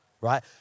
right